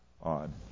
on